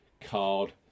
card